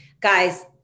Guys